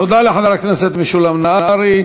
תודה לחבר הכנסת משולם נהרי.